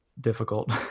difficult